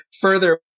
further